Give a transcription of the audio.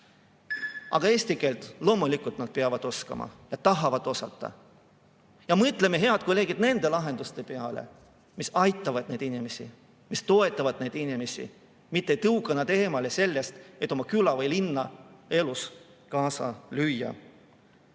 Aga eesti keelt loomulikult saadikud peavad oskama ja tahavad osata. Ja mõtleme, head kolleegid, nende lahenduste peale, mis aitavad neid inimesi, mis toetavad neid inimesi, mitte ei tõuka neid eemale sellest, et oma küla või linna elus kaasa lüüa.